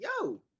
yo